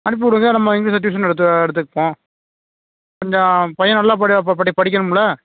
அனுப்பி விடுங்க நம்ம இங்கிலீஷில் டியூஷன் எடுத்து எடுத்துப்போம் கொஞ்சம் பையன் நல்லா படி படிக்கணும்ல